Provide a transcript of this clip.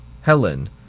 Helen